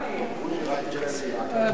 בוז'י,